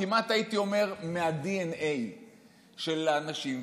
כמעט הייתי אומר מהדנ"א של האנשים.